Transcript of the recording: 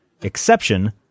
exception